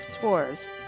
Tours